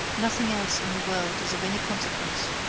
nothing else in the world is of any consequence.